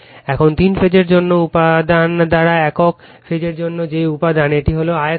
এখন তিন ফেজের জন্য উপাদান দ্বারা একক ফেজের জন্য যে উপাদান এটি হল আয়তন